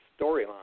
storyline